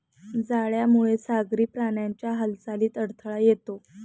जाळ्यामुळे सागरी प्राण्यांच्या हालचालीत अडथळा येतो